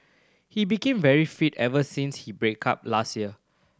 he became very fit ever since he break up last year